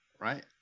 right